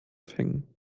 aufhängen